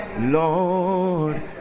Lord